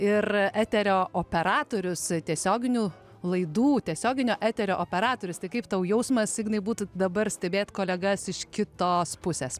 ir eterio operatorius tiesioginių laidų tiesioginio eterio operatorius tai kaip tau jausmas ignai būtų dabar stebėt kolegas iš kitos pusės